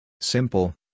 Simple